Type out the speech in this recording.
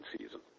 season